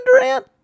Durant